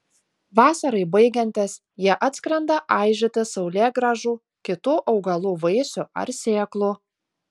vasarai baigiantis jie atskrenda aižyti saulėgrąžų kitų augalų vaisių ar sėklų